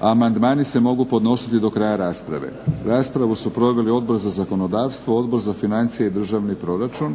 Amandmani se mogu podnositi do kraja rasprave. Raspravu su proveli Odbor za zakonodavstvo, Odbor za financije i državni proračun.